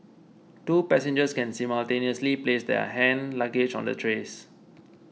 two passengers can simultaneously place their hand luggage on the trays